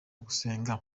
gusenga